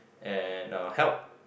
and help